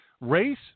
Race